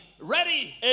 ready